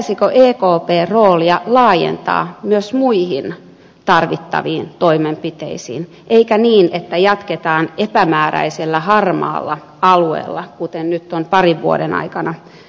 pitäisikö ekpn roolia laajentaa myös muihin tarvittaviin toimenpiteisiin eikä niin että jatketaan epämääräisellä harmaalla alueella kuten nyt on parin vuoden aikana tehty